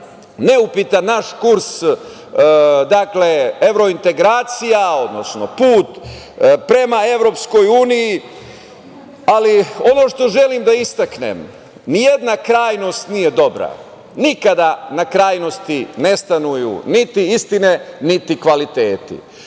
neupitan naš kurs evrointegracija, odnosno put prema EU, ali ovo što želim da istaknem nijedna krajnost nije dobra. Nikada na krajnosti ne stanuju niti istine, niti kvaliteti.